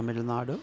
Tamil Nadu